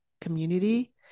community